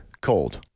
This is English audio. cold